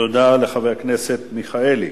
תודה לחבר הכנסת מיכאלי.